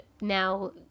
now